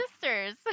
sisters